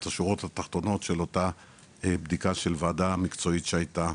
את השורות התחתונות של אותה בדיקה של ועדה מקצועית שהייתה.